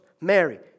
Mary